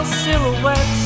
silhouettes